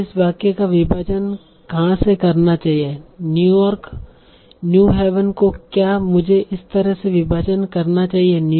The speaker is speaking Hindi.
मुझे इस वाक्य का विभाजन कहा से करना चाहिए न्यूयॉर्क न्यू हेवन को क्या मुझे इस तरह विभाजन करना चाहिए